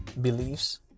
beliefs